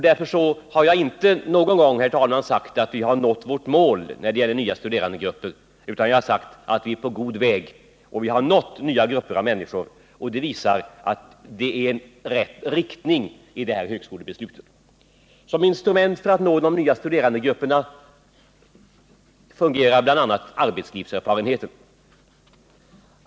Därför har jag inte någon gång, herr talman, sagt att vi har nått vårt mål när det gäller nya studerandegrupper, utan jag har framhållit att vi är på god väg. Vi har också nått nya grupper av människor, och det visar att högskolebeslutet har rätt inriktning. Som instrument för att nå de nya studerandegrupperna fungerar bl.a. arbetslivserfarenheter.